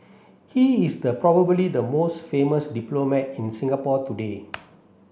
he is the probably the most famous diplomat in Singapore today